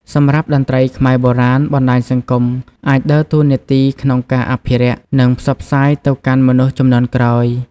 សម្រាប់តន្ត្រីខ្មែរបុរាណ បណ្ដាញសង្គមអាចដើរតួនាទីក្នុងការអភិរក្ស និងផ្សព្វផ្សាយទៅកាន់មនុស្សជំនាន់ក្រោយ។